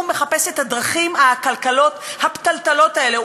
הוא מחפש את הדרכים העקלקלות, הפתלתלות האלה.